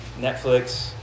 Netflix